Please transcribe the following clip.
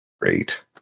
Great